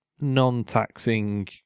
non-taxing